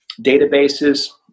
databases